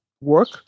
work